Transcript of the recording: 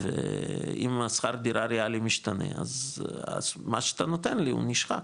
ואם השכר דירה הריאלי משתנה אז מה שאתה נותן לי הוא נשחק.